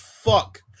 fuck